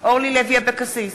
אורלי לוי אבקסיס,